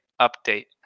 update